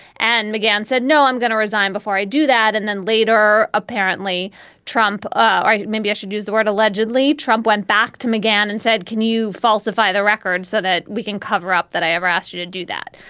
and mcgahn said, no, i'm going to resign before i do that. that. and then later, apparently trump ah or maybe i should use the word allegedly. trump went back to mcgahn and said, can you falsify the records so that we can cover up that i ever asked you to do that.